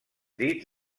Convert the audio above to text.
dits